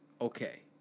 Okay